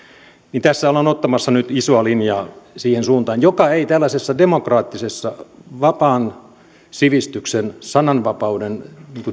tässä ollaan ottamassa nyt isoa linjaa siihen suuntaan joka ei tällaisessa demokraattisessa vapaan sivistyksen sananvapauden